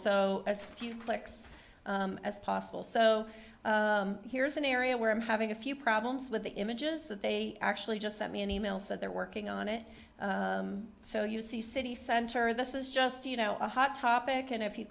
so as few clicks as possible so here's an area where i'm having a few problems with the images that they actually just sent me an e mail said they're working on it so you see city center this is just you know a hot topic and if you